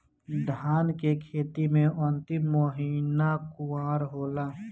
धान के खेती मे अन्तिम महीना कुवार होला?